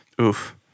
Oof